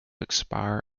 expire